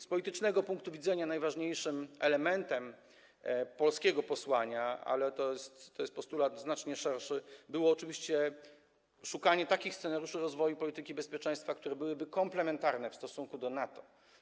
Z politycznego punktu widzenia najważniejszym elementem polskiego przesłania - ale to jest postulat znacznie szerszy - było oczywiście szukanie takich scenariuszy rozwoju polityki bezpieczeństwa, które byłyby komplementarne w stosunku do NATO.